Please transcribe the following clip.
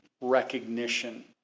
recognition